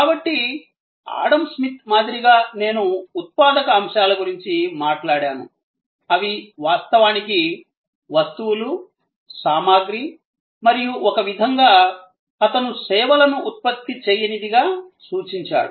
కాబట్టి Adam Smith మాదిరిగా నేను ఉత్పాదక అంశాల గురించి మాట్లాడాను అవి వాస్తవానికి వస్తువులు సామాగ్రి మరియు ఒక విధంగా అతను సేవలను ఉత్పత్తి చేయనిదిగా సూచించాడు